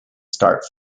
start